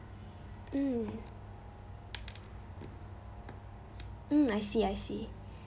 mm I see mm I see